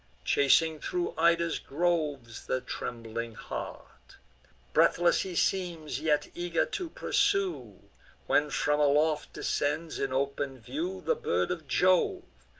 chasing thro' ida's groves the trembling hart breathless he seems, yet eager to pursue when from aloft descends, in open view, the bird of jove,